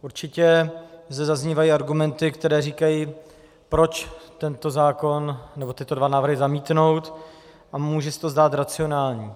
Určitě zde zaznívají argumenty, které říkají, proč tento zákon, nebo tyto dva návrhy zamítnout, a může se to zdát racionální.